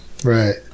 Right